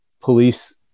police